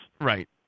Right